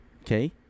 Okay